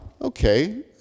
okay